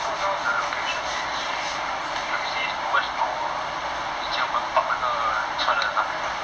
so now the location is um can we say is towards or is like 以前我们 park 车的那边